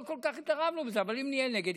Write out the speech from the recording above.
לא כל כך התערבנו בזה אבל אם נהיה נגד,